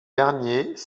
derniers